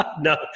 no